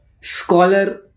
scholar